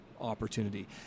opportunity